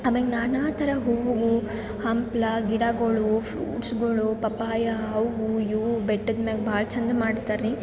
ಆಮೆಗೆ ನಾನಾತರ ಹೂವು ಹಂಪ್ಲ ಗಿಡಗಳು ಫ್ರೂಟ್ಸ್ಗಳು ಪಪ್ಪಾಯಾ ಅವು ಇವು ಬೆಟ್ಟದಮ್ಯಾಗ್ ಭಾಳ ಚಂದ ಮಾಡ್ತಾರೆ ರೀ